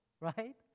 right